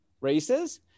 races